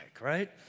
right